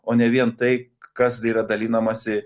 o ne vien tai kas yra dalinamasi